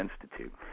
Institute